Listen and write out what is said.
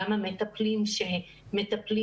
גם המטפלים שמטפלים